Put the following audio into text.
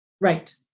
right